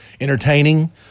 entertaining